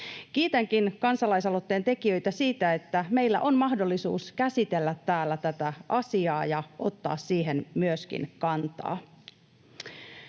Kiitänkin kansalaisaloitteen tekijöitä siitä, että meillä on mahdollisuus käsitellä täällä tätä asiaa ja ottaa siihen myöskin kantaa.